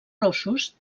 rossos